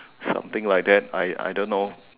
something like that I I don't know